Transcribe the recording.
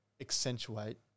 accentuate